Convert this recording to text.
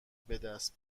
بدست